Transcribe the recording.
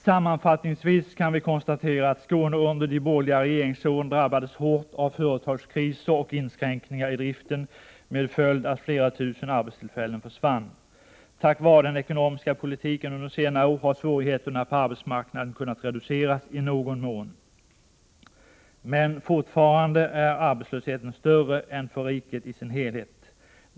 Sammanfattningsvis kan vi konstatera att Skåne under de borgerliga regeringsåren drabbades hårt av företagskriser och inskränkningar i driften med följd att flera tusen arbetstillfällen försvann. Tack vare den ekonomiska politiken under senare år har svårigheterna på arbetsmarknaden kunnat reduceras i någon mån, men fortfarande är arbetslösheten större än för riket i sin helhet.